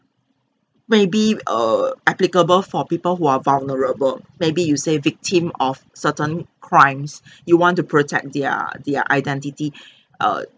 maybe err applicable for people who are vulnerable maybe you say victim of certain crimes you want to protect their their identity err